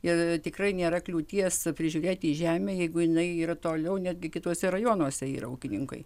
ir tikrai nėra kliūties prižiūrėti žemę jeigu jinai yra toliau netgi kituose rajonuose yra ūkininkai